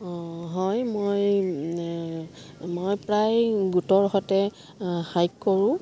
অঁ হয় মই মই প্ৰায় গোটৰ সৈতে হাইক কৰোঁ